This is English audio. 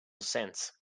sense